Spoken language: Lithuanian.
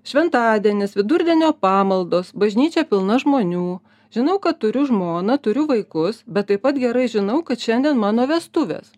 šventadienis vidurdienio pamaldos bažnyčia pilna žmonių žinau kad turiu žmoną turiu vaikus bet taip pat gerai žinau kad šiandien mano vestuvės